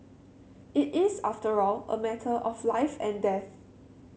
it is after all a matter of life and death